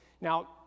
Now